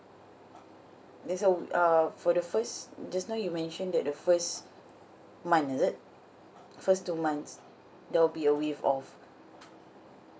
there's a err for the first just now you mentioned that the first month is it first two months there will be a waive off